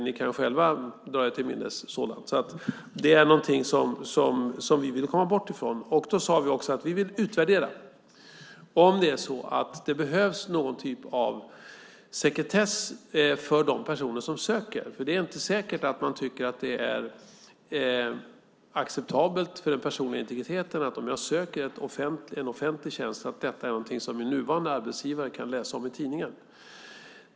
Ni kan själva dra er till minnes sådant. Detta var någonting som vi ville komma bort från. Då sade vi också att vi vill utvärdera om det behövs någon typ av sekretess för de personer som söker. Det är inte säkert att man tycker att det är acceptabelt för den personliga integriteten att om man söker en offentlig tjänst den nuvarande arbetsgivaren kan läsa om det i tidningen.